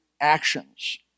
actions